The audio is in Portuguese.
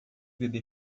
bebê